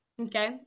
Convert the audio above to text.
Okay